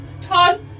Todd